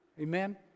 Amen